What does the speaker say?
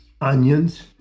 onions